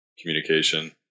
communication